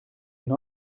une